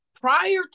prior